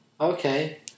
Okay